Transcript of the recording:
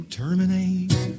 terminate